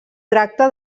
tracta